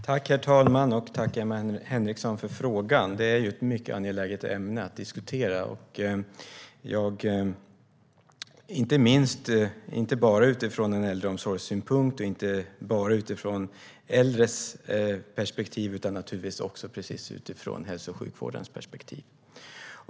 Herr talman! Jag tackar Emma Henriksson för frågan. Detta är ett mycket angeläget ämne att diskutera, inte bara utifrån en äldreomsorgssynpunkt och inte bara utifrån äldres perspektiv utan naturligtvis utifrån hälso och sjukvårdens perspektiv.